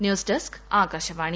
news desk Akashvani